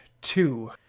two